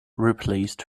replaced